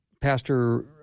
Pastor